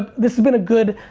this has been a good,